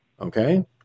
Okay